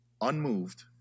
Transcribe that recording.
unmoved